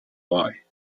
boy